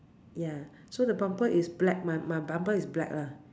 ya so the bumper is black my my bumper is black lah